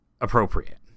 appropriate